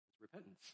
repentance